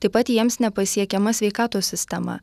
taip pat jiems nepasiekiama sveikatos sistema